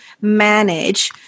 manage